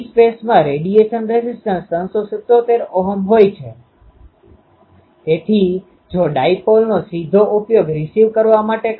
સામાન્ય રીતે એરેમાં બધા એલીમેન્ટ સમાન હોઈ છે પરંતુ વ્યવહારિક રીતે ત્યાં તફાવત હોઈ શકે છે પરંતુ અહી તેવું હશે નહિ અહી બધાની રેડીયેશન પેટર્ન fθ છે